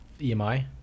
EMI